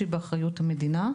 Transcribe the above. שהיא באחריות המדינה.